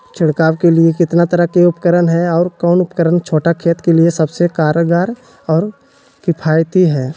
छिड़काव के लिए कितना तरह के उपकरण है और कौन उपकरण छोटा खेत के लिए सबसे कारगर और किफायती है?